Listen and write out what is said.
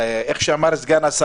כל מי שנמצא כאן, היה